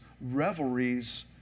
revelries